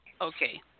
Okay